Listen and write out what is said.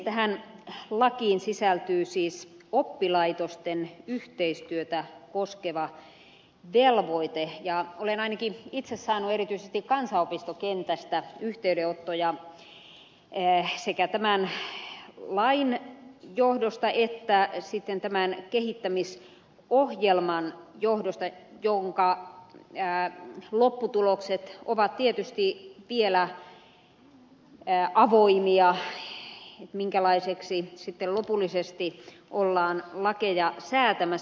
tähän lakiin sisältyy siis oppilaitosten yhteistyötä koskeva velvoite ja olen ainakin itse saanut erityisesti kansanopistokentästä yhteydenottoja sekä tämän lain johdosta että sitten tämän kehittämisohjelman johdosta jonka lopputulokset ovat tietysti vielä avoimia minkälaiseksi sitten lopullisesti ollaan lakeja säätämässä